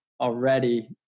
already